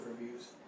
reviews